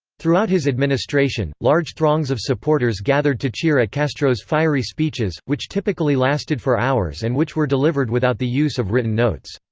throughout his administration, large throngs of supporters gathered to cheer at castro's fiery speeches, which typically lasted for hours and which were delivered without the use of written notes.